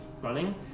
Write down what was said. running